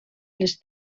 les